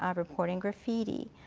um reporting graffiti.